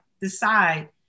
decide